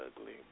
ugly